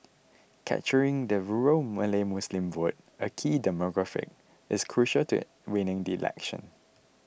capturing the rural Malay Muslim vote a key demographic is crucial to winning the election